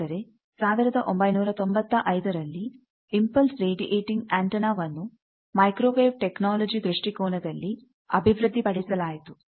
ಆದರೆ 1995 ರಲ್ಲಿ impulse radiating antenna ವನ್ನು ಮೈಕ್ರೋವೇವ್ ಟೆಕ್ನಾಲಜಿ ದೃಷ್ಟಿಕೋನದಲ್ಲಿ ಅಭಿವೃದ್ಧಿಪಡಿಸಲಾಯಿತು